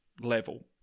level